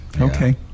okay